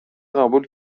قبول